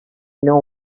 know